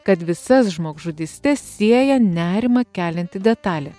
kad visas žmogžudystes sieja nerimą kelianti detalė